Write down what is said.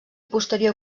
posterior